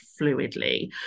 fluidly